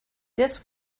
this